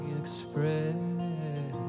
express